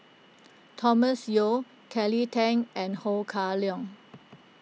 Thomas Yeo Kelly Tang and Ho Kah Leong